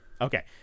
Okay